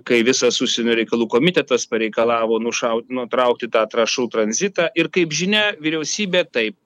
kai visas užsienio reikalų komitetas pareikalavo nušau nutraukti tą trąšų tranzitą ir kaip žinia vyriausybė taip